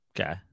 Okay